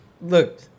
Look